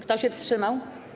Kto się wstrzymał?